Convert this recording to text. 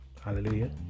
Hallelujah